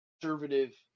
conservative